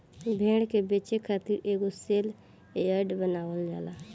भेड़ के बेचे खातिर एगो सेल यार्ड बनावल जाला